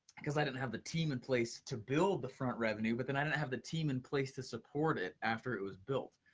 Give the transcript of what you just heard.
cause i didn't have the team in place to build the front revenue, but then i didn't have the team in place to support it after it was built.